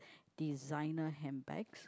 designer handbags